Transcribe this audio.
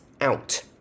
out